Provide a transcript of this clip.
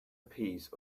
piece